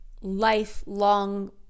lifelong